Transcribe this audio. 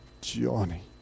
Johnny